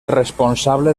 responsable